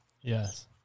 Yes